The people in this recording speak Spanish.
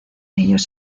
ellos